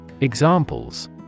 Examples